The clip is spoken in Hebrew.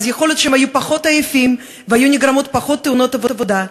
אז יכול להיות שהם היו פחות עייפים והיו נגרמות פחות תאונות עבודה.